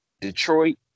Detroit